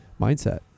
mindset